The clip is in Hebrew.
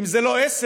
אם זה לא עסק,